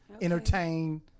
Entertain